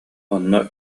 онно